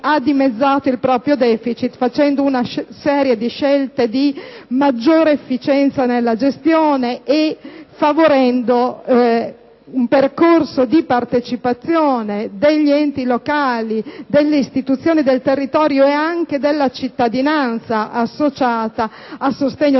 ha dimezzato il proprio *deficit* operando una serie di scelte di maggiore efficienza nella gestione e favorendo un percorso di partecipazione degli enti locali, delle istituzioni del territorio e della cittadinanza associata a sostegno